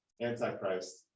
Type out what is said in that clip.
Antichrist